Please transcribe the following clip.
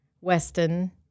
Weston